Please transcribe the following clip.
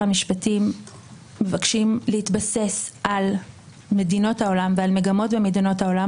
המשפטים מבקשים להתבסס על מדינות העולם ועל מגמות במדינות העולם,